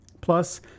Plus